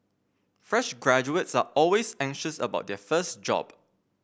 fresh graduates are always anxious about their first job